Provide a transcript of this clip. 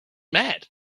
mad